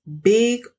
big